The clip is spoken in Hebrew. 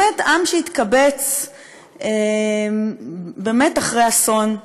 באמת, עם שהתקבץ אחרי אסון,